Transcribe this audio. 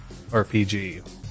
rpg